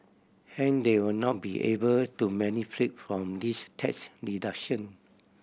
hence they would not be able to benefit from these tax deduction